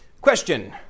Question